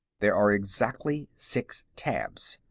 there are exactly six tabs.